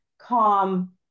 calm